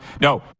No